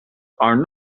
are